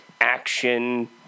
action